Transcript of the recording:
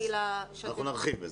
אנחנו נרחיב בזה.